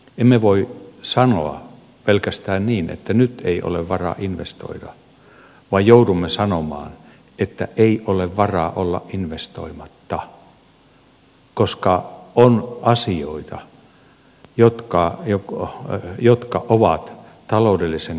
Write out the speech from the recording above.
emme voi sanoa pelkästään niin että nyt ei ole varaa investoida vaan joudumme sanomaan että ei ole varaa olla investoimatta koska on asioita jotka ovat taloudellisen kasvun esteenä